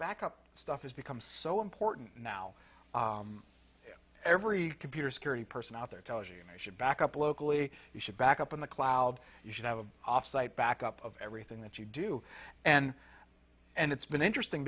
backup stuff has become so important now every computer security person out there tells you i should back up locally you should back up on the cloud you should have an off site backup of everything that you do and and it's been interesting